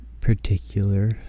particular